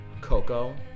Coco